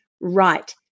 right